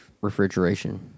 refrigeration